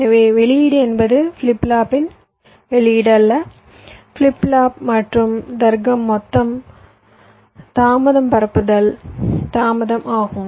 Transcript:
எனவே வெளியீடு என்பது ஃபிளிப் ஃப்ளாப்பின் வெளியீடு அல்ல ஃபிளிப் ஃப்ளாப் மற்றும் தர்க்கம் மொத்த தாமதம் பரப்புதல் தாமதம் ஆகும்